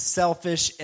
selfish